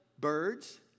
birds